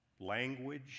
language